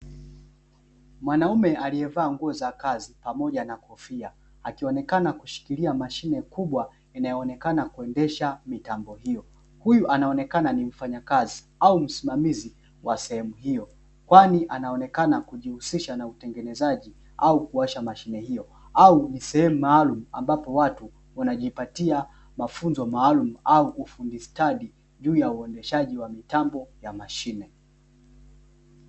Mwanaume aliyevaa nguo za kazi, pamoja na kofia, akionekana kushikilia mashine kubwa inayoonekana kuendesha mitambo hiyo. Huyu anaonekana ni mfanyakazi au msimamizi wa sehemu hiyo, kwani anaonekana kujihusisha na utengenezaji au kuwasha mashine hiyo, au ni sehemu maalumu, ambapo watu wanajipatia mafunzo maalumu au ufundi stadi, juu ya uendeshaji wa mitambo ya mashine.